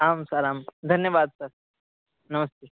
आं सर् आं धन्यवादः सर् नमस्ते